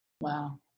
Wow